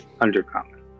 Undercommon